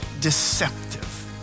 deceptive